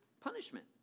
punishment